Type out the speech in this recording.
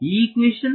ಈ ಇಕ್ವೇಶನ್